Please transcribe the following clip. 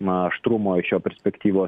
na aštrumo iš jo perspektyvos